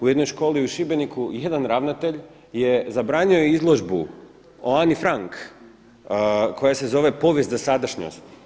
U jednoj školi u Šibeniku jedan ravnatelj je zabranio izložbu o Ani Frank koja se zove „Povijest za sadašnjost“